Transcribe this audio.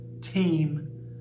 team